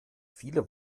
viele